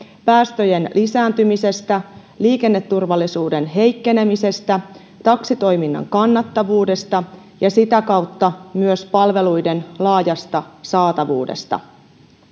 päästöjen lisääntymisestä liikenneturvallisuuden heikkenemisestä taksitoiminnan kannattavuudesta ja sitä kautta myös palveluiden laajasta saatavuudesta